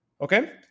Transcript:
Okay